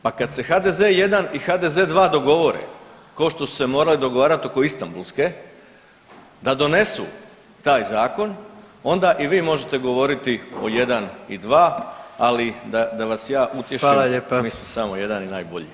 Pa kad se HDZ 1 i HDZ 2 dogovore kao što su se morali dogovarati oko Istambulske, da donesu taj Zakon, onda i vi možete govoriti o 1 i 2, ali da vas ja utješim [[Upadica: Hvala lijepa.]] mi smo samo jedan i najbolji.